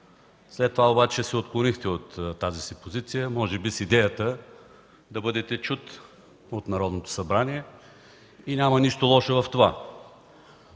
След това обаче се отклонихте от тази си позиция, може би с идеята да бъдете чут от Народното събрание и няма нищо лошо в това.